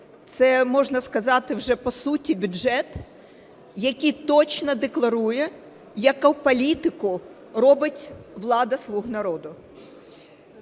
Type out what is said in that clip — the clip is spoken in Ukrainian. це, можна сказати, вже по суті бюджет, який точно декларує, яку політику робить влада "слуг народу".